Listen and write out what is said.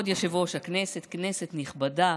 כבוד יושב-ראש הכנסת, כנסת נכבדה,